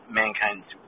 mankind's